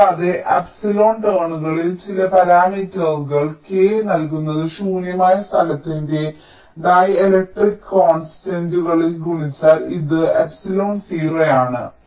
കൂടാതെ ε ടേണുകളിൽ ചില പാരാമീറ്റർ k നൽകുന്നത് ശൂന്യമായ സ്ഥലത്തിന്റെ ഡീലക്ട്രിക് കോൺസ്റ്റന്റുകളാൽ ഗുണിച്ചാൽ ഇത് ε0 ആണ്